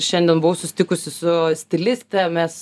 šiandien buvau susitikusi su stiliste mes